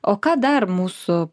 o ką dar mūsų